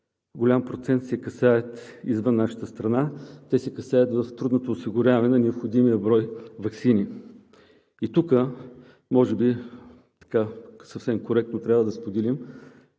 голям процент се касаят извън нашата страна, те се касаят в трудното осигуряване на необходимия брой ваксини. Тук може би съвсем коректно трябва да споделим,